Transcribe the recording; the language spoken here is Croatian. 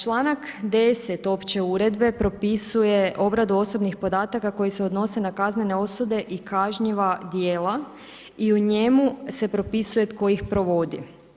Članak 10. opće uredbe propisuje obradu osobnih podataka koji se odnose na kaznene osude i kažnjiva djela i u njemu se propisuje tko ih provodi.